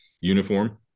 uniform